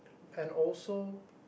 and also